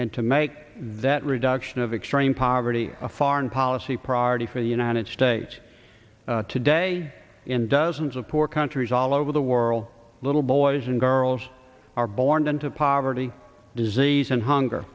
and to make that reduction of extreme poverty a foreign policy priority for the united states today in dozens of poor countries all over the world little boys and girls are born into poverty disease and hunger